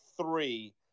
three